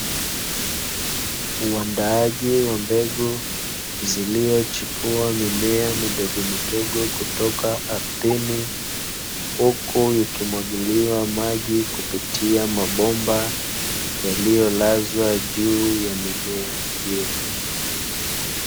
Uandaaji wa mbegu, zilizochipua mimea midogomidogo kutoka ardhini, huku ikimwagiliwa maji kupitia mabomba yaliyolazwa juu ya mimea hiyo.